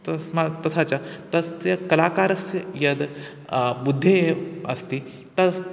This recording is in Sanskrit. तस्मात् तथा च तस्य कलाकारस्य यद् बुद्धेः अस्ति तस्य